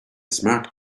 smart